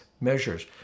measures